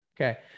Okay